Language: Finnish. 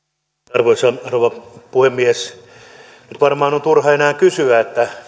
arvoisa rouva puhemies nyt varmaan on turha enää kysyä